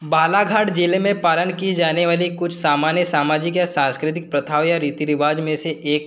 बालाघाट जिले में पालन की जाने वाली कुछ सामान्य सामाजिक या सांस्कृतिक प्रथाओं या रीति रिवाज में से एक